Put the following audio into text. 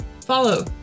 follow